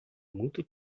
muito